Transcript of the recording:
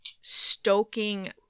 stoking